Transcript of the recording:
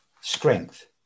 strength